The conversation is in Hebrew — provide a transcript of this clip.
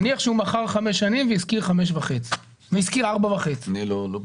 נניח שהוא מכר חמש שנים והשכיר ארבע וחצי שנים.